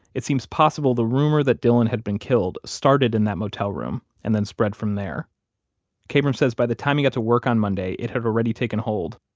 it seems possible the rumor that dylan had been killed started in that motel room, and then spread from there kabrahm says by the time he got to work on monday, it had already taken hold.